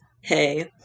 hey